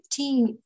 15